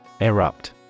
Erupt